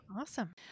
awesome